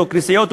או כנסיות,